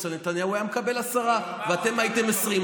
על נתניהו הוא היה מקבל עשרה ואתם הייתם 20,